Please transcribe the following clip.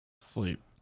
sleep